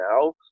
now